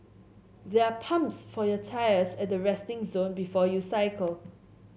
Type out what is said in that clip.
there are pumps for your tyres at the resting zone before you cycle